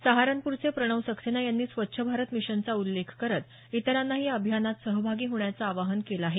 सहारनपूरचे प्रणव सक्सेना यांनी स्वच्छ भारत मिशनचा उल्लेख करत इतरांनाही या अभियानात सहभागी होण्याचं आवाहन केलं आहे